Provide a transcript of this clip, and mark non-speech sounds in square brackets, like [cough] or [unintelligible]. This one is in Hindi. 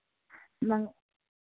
[unintelligible]